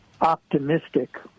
optimistic